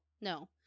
no